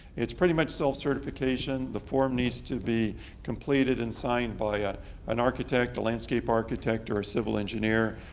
it's pretty much self-certification. the form needs to be completed and signed by ah an architect, a landscape architect or a civil engineer.